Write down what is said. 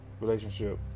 relationship